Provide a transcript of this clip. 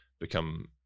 become